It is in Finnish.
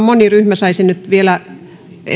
moni ryhmä saisi nyt